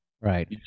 Right